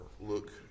look